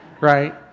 right